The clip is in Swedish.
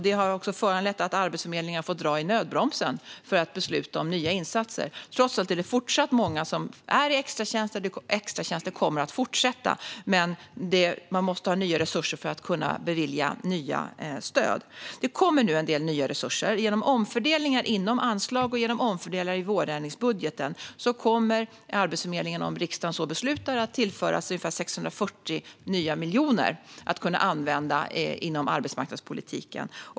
Detta har föranlett att Arbetsförmedlingen har fått dra i nödbromsen för att besluta om nya insatser, trots att det fortfarande är många som är i extratjänster. Extratjänsterna kommer att fortsätta, men man måste ha nya resurser för att kunna bevilja nya stöd. Det kommer en del nya resurser nu, genom omfördelningar inom anslag. Genom omfördelningar i vårändringsbudgeten kommer Arbetsförmedlingen, om riksdagen så beslutar, att tillföras ungefär 640 nya miljoner som kan användas inom arbetsmarknadspolitiken.